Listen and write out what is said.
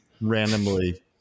randomly